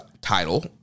title